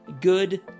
good